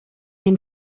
den